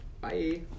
Bye